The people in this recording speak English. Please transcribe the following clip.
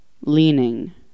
leaning